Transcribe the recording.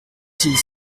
pieds